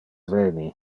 veni